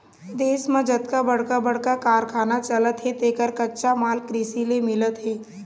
देश म जतका बड़का बड़का कारखाना चलत हे तेखर कच्चा माल कृषि ले मिलत हे